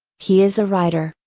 he is a writer,